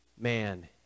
man